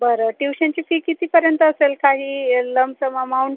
बरं ट्युशनची फि कितीपर्यंत असेल काही लमसम अमाउंट